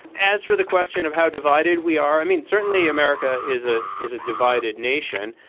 as for the question of how divided we are, i mean, certainly america is a is a divided nation.